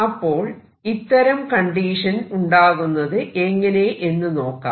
അപ്പോൾ ഇത്തരം കണ്ടീഷൻ ഉണ്ടാകുന്നത് എങ്ങനെ എന്ന് നോക്കാം